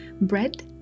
bread